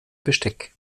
besteck